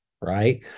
right